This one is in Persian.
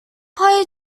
پای